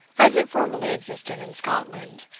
as it formerly existed in scotland,